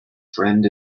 friend